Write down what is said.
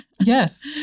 Yes